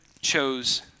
chose